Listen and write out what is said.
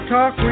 Talk